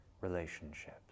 relationships